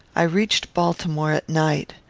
i reached baltimore at night.